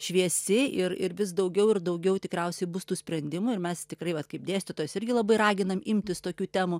šviesi ir ir vis daugiau ir daugiau tikriausiai bus tų sprendimų ir mes tikrai vat kaip dėstytojos irgi labai raginam imtis tokių temų